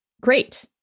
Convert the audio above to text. great